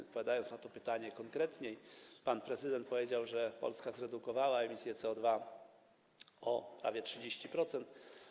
Odpowiadając na to pytanie konkretniej, pan prezydent powiedział, że Polska zredukowała emisję CO2 o prawie 30%.